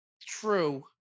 true